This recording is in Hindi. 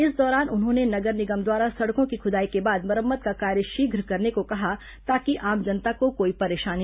इस दौरान उन्होंने नगर निगम द्वारा सड़कों की खुदाई के बाद मरम्मत का कार्य शीघ्र करने को कहा ताकि आम जनता को कोई परेशानी न हो